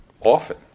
often